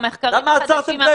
מה עושים בסוף?